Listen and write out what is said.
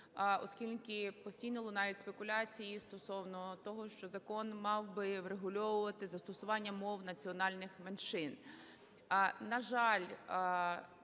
оскільки постійно лунають спекуляції стосовно того, що закон мав би врегульовувати застосування мов національних меншин.